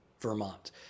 Vermont